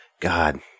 God